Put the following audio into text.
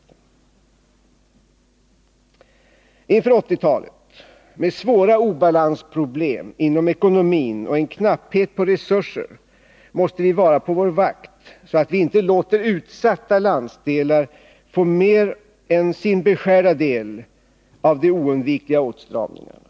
Inför 1980-talet, med svåra obalansproblem inom ekonomin och en knapphet på resurser, måste vi vara på vår vakt, så att vi inte låter utsatta landsdelar få mer än sin beskärda del av de oundvikliga åtstramningarna.